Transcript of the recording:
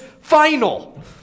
final